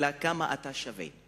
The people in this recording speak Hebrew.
אלא כמה אתה שווה,